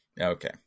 Okay